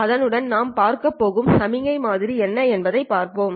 அதனுடன் நாம் பார்க்கும் சமிக்ஞை மாதிரி என்ன என்பதைப் பார்ப்போம்